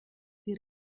die